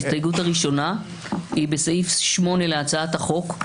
ההסתייגות הראשונה היא בסעיף 8 להצעת החוק,